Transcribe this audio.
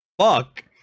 fuck